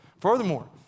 Furthermore